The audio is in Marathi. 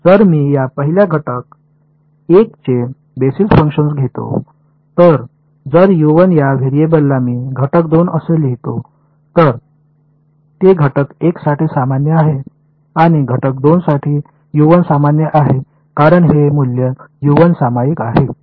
जर मी या पहिल्या घटक 1 चे बेसिस फंक्शन्स घेतो तर जर या व्हेरिएबलला मी घटक 2 असे लिहतो तर ते घटक 1 साठी सामान्य आहे आणि घटक 2 साठी सामान्य आहे कारण ते मूल्य सामायिक आहे